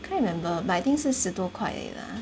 can't remember but I think 是十多块而已 lah